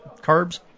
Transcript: carbs